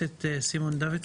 שתובא בקרוב